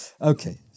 Okay